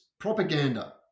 propaganda